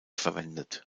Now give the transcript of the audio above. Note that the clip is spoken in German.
verwendet